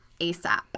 ASAP